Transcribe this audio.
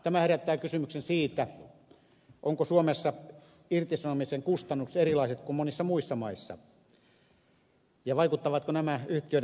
tämä herättää kysymyksen siitä ovatko suomessa irtisanomisen kustannukset erilaiset kuin monissa muissa maissa ja vaikuttavatko nämä yhtiöiden tekemiin päätöksiin